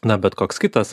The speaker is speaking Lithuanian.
na bet koks kitas